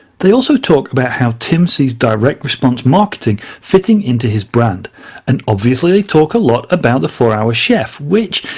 they also talk about how tim sees direct-response marketing fitting into his brandoand and obviously, they talk a lot about the four hour chef, which,